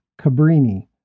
Cabrini